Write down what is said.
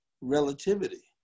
relativity